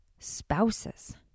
spouses